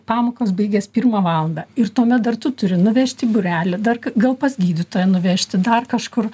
pamokos baigias pirmą valandą ir tuomet dar tu turi nuvežt į būrelį dar gal pas gydytoją nuvežti dar kažkur